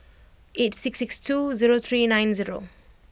eight six six two zero three nine zero